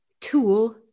tool